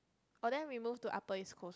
orh then we moved to Upper-East-Coast